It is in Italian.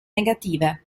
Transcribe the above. negative